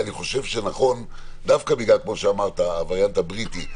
אני חושב שזה נכון דווקא בגלל הווריאנט הבריטי,